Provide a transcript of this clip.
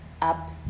up